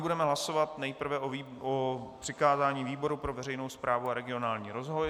Budeme hlasovat nejprve o přikázání výboru pro veřejnou správu a regionální rozvoj.